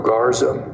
Garza